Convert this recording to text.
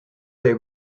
they